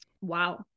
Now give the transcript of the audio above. wow